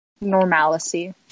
normalcy